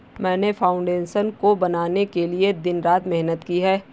मैंने फाउंडेशन को बनाने के लिए दिन रात मेहनत की है